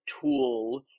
tool